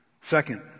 Second